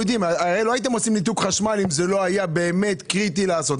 הרי לא הייתם עושים ניתוק חשמל אם זה לא היה באמת קריטי לעשות.